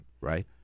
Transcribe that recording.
right